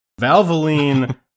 Valvoline